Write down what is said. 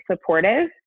supportive